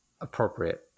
appropriate